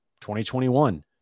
2021